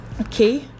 Okay